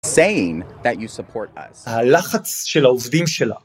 הלחץ של העובדים שלה.